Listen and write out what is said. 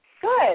Good